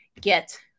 get